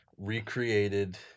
recreated